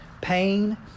Pain